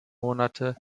monate